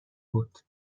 بود